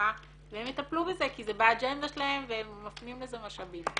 הרווחה והן יטפלו בזה כי זה באג'נדה שלהן ומפנים לזה משאבים.